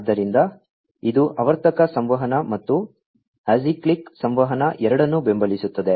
ಆದ್ದರಿಂದ ಇದು ಆವರ್ತಕ ಸಂವಹನ ಮತ್ತು ಅಸಿಕ್ಲಿಕ್ ಸಂವಹನ ಎರಡನ್ನೂ ಬೆಂಬಲಿಸುತ್ತದೆ